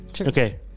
Okay